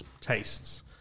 tastes